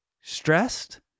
stressed